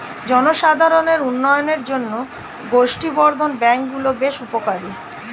জনসাধারণের উন্নয়নের জন্য গোষ্ঠী বর্ধন ব্যাঙ্ক গুলো বেশ উপকারী